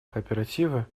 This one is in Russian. кооперативы